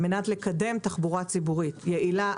על מנת לקדם תחבורה ציבורית יעילה,